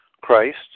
Christ